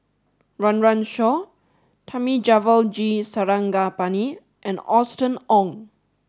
Run Run Shaw Thamizhavel G Sarangapani and Austen Ong